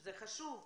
שזה חשוב,